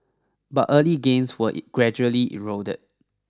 but early gains were gradually eroded